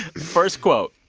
first quote